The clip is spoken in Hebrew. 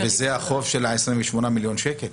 וזה החוב של ה-28 מיליון שקל?